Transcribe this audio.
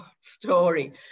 story